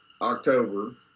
October